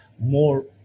more